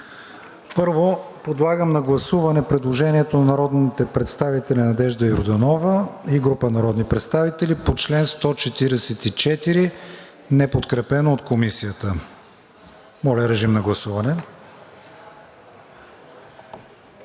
Първо подлагам на гласуване предложението на народния представител Надежда Йорданова и група народни представители по чл. 144, неподкрепено от Комисията. Гласували